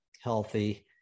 healthy